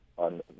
on